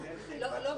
לא בקלות,